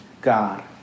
God